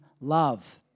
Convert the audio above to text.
love